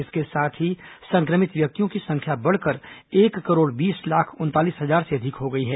इसके साथ ही संक्रमित व्यक्तियों की संख्या बढ़कर एक करोड़ बीस लाख उनतालीस हजार से अधिक हो गई है